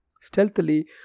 Stealthily